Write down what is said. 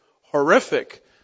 horrific